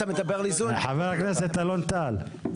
מדבר על איזון --- חבר הכנסת אלון טל,